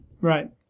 Right